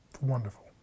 wonderful